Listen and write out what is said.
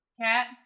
Cat